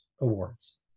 awards